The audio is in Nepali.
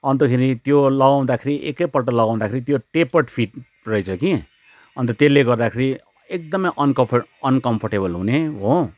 अन्तखेरि त्यो लाउँदाखेरि एकैपल्ट लगाउँदाखेरि त्यो टेपट फिट रहेछ कि अन्त त्यसले गर्दाखेरि एकदमै अनकफ अनकम्फर्टेबल हुने हो